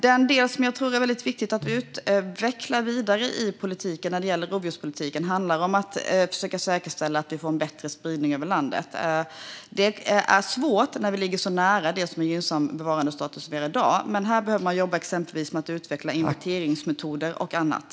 Den del som jag tror är viktig att vi utvecklar vidare inom rovdjurspolitiken handlar om att försöka säkerställa en bättre spridning över landet. Det är svårt när vi ligger så nära det som är gynnsam bevarandestatus i dag, men här behöver vi jobba med att utveckla inventeringsmetoder och annat.